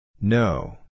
No